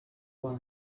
why